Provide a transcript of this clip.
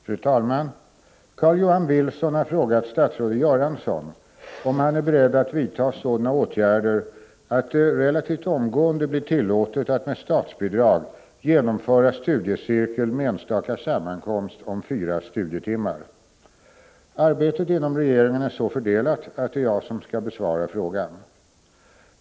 Fru talman! Carl-Johan Wilson har frågat statsrådet Göransson om han är beredd att vidta sådana åtgärder att det relativt omgående blir tillåtet att med statsbidrag genomföra studiecirkel med enstaka sammankomst om fyra studietimmar. Arbetet inom regeringen är så fördelat att det är jag som skall besvara frågan.